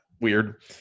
Weird